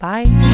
Bye